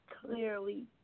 clearly